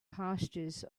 pastures